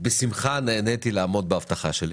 בשמחה נעניתי לעמוד בהבטחה שלי